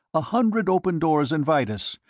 a hundred open doors invite us,